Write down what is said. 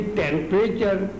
temperature